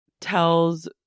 tells